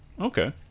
Okay